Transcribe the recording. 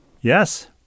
Yes